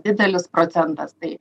didelis procentas tai